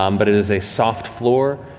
um but it is a soft floor,